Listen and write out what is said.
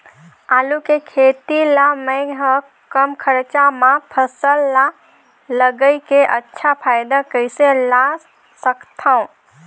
आलू के खेती ला मै ह कम खरचा मा फसल ला लगई के अच्छा फायदा कइसे ला सकथव?